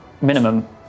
Minimum